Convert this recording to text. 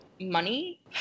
money